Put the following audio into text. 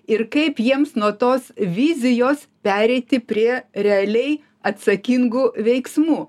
ir kaip jiems nuo tos vizijos pereiti prie realiai atsakingų veiksmų